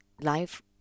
life